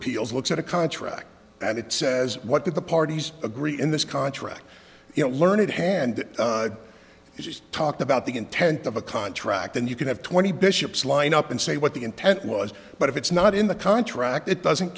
appeals looks at a contract and it says what the parties agree in this contract you know learned hand you just talked about the intent of a contract and you can have twenty bishops line up and say what the intent was but if it's not in the contract it doesn't